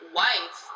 wife